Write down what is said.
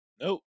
Nope